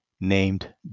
named